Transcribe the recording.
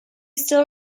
still